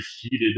heated